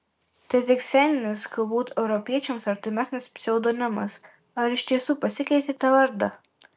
tai tik sceninis galbūt europiečiams artimesnis pseudonimas ar iš tiesų pasikeitėte vardą